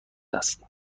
است